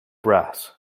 brass